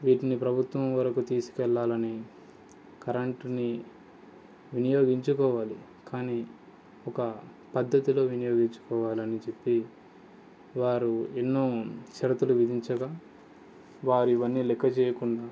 వీటిల్ని ప్రభుత్వం వరకు తీస్కెళ్ళాలని కరెంటునీ వినియోగించుకోవాలి కానీ ఒక పద్ధతిలో వినియోగించుకోవాలని చెప్పి వారు ఎన్నో షరతులు విధించగా వారు ఇవన్నీ లెక్కచేయకుండా